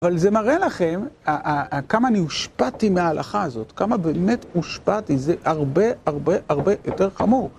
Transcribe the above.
אבל זה מראה לכם אה אה אה כמה אני הושפעתי מההלכה הזאת, כמה באמת הושפעתי, זה הרבה הרבה הרבה יותר חמור.